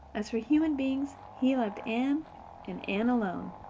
as for human beings, he loved anne and anne alone.